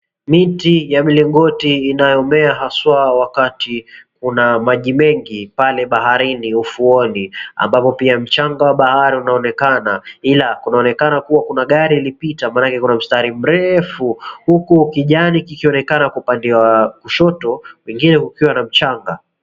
Miti ya mlingoti inayomea haswa wakati kuna maji mengi pale baharini, ufuoni ambapo pia mchanga wa bahari unaonekana ila kunaonekana kuwa kuna gari iliopita maana kuna mstari mrefu huku kijani kikionekana kwa upande wa kushoto kwingine kukiwa na mchanga.